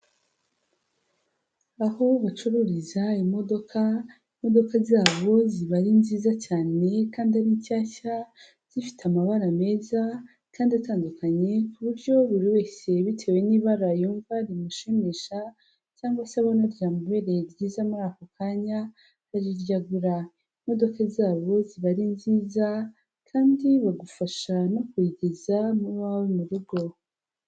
Aho bacururiza imodoka, imodoka zabo ziba ari nziza cyane kandi ari nshyashya, zifite amabara meza kandi atandukanye, ku buryo buri wese bitewe n'ibara yumva rimushimisha cyangwa se abona ryamubereye ryiza muri ako kanya, aba ari ryo agura, imodoka zabo ziba ari nziza kandi bagufasha no kuyigeza mu wawe mu rugo.